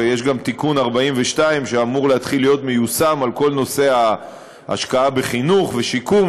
ויש גם תיקון 42 בכל נושא ההשקעה בחינוך ובשיקום,